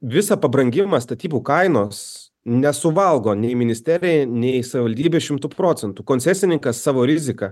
visą pabrangimą statybų kainos nesuvalgo nei ministerija nei savivaldybė šimtu procentų koncesininkas savo rizika